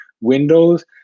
windows